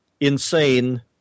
insane